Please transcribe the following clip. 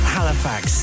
Halifax